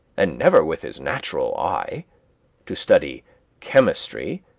and never with his natural eye to study chemistry,